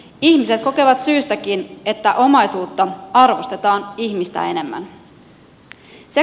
ihmiset kokevat syystäkin että omaisuutta arvostetaan ihmistä enemmän